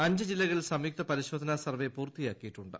അഞ്ചു ജില്ലകളിൽ സംയുക്ത പരിശോധന സർവ്വേ പൂർത്തിയാക്കിയിട്ടുണ്ട്